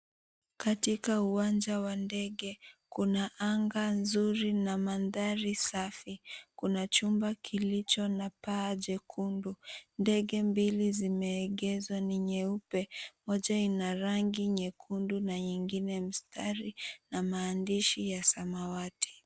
Katika uwanja wa ndege kuna anga nzuri na mandhari safi kuna chumba kilicho na paa jekundu, ndege mbili zimeegezwa ni nyeupe moja ina rangi nyekundu na nyingine mstari na maandishi ya samawati.